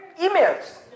emails